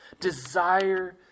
Desire